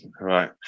right